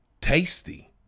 Tasty